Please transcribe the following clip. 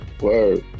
Word